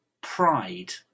pride